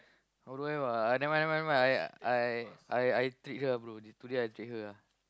oh don't have ah never mind never mind never mind I I I I treat her bro today I treat her ah